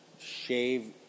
shave